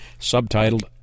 subtitled